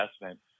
investment